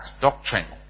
doctrine